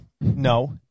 No